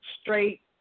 straight